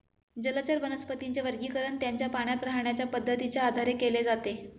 जलचर वनस्पतींचे वर्गीकरण त्यांच्या पाण्यात राहण्याच्या पद्धतीच्या आधारे केले जाते